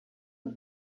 une